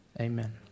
Amen